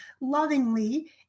lovingly